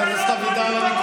ביבי, ההפגנות לא